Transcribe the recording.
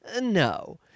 no